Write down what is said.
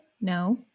No